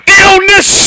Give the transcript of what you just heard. illness